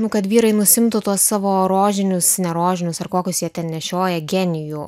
nu kad vyrai nusiimtų tuos savo rožinius ne rožinius ar kokius jie ten nešioja genijų